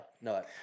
no